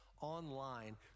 online